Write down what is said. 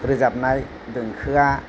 रोजाबनाय देंखोया